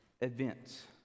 events